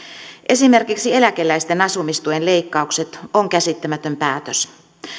esimerkiksi eläkeläisten asumistuen leikkaukset on käsittämätön päätös